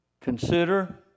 Consider